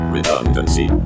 Redundancy